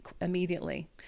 immediately